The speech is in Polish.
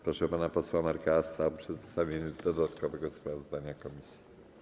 Proszę pana posła Marka Asta o przedstawienie dodatkowego sprawozdania komisji.